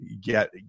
get